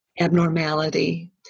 abnormality